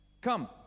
come